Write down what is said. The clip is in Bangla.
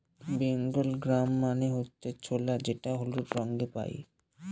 বেঙ্গল গ্রাম মানে হচ্ছে ছোলা যেটা হলুদ রঙে পাই